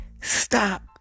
stop